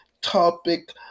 topic